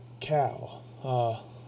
Cow